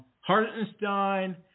Hartenstein